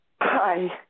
Hi